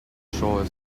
shore